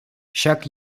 ҫак